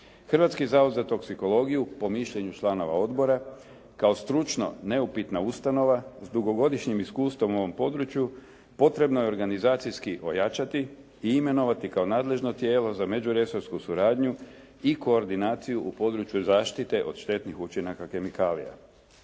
Hrvatski zavod za toksikologiju po mišljenju članova odbora kao stručna neupitna ustanova sa dugogodišnjim iskustvom u ovom području potrebno je organizacijski ojačati i imenovati kao nadležno tijelo za međuresorsku suradnju i koordinaciju u području zaštite od štetnih učinaka kemikalija.